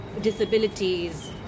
disabilities